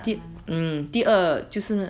比较难啦